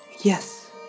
Yes